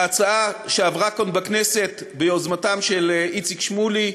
להצעה שעברה כאן בכנסת ביוזמתם של איציק שמולי,